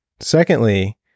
Secondly